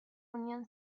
union